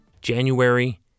January